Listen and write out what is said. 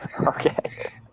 Okay